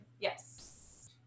Yes